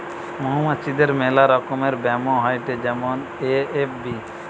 মৌমাছিদের মেলা রকমের ব্যামো হয়েটে যেমন এ.এফ.বি